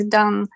done